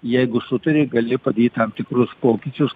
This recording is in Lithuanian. jeigu sutari gali padaryt tam tikrus pokyčius